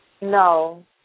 No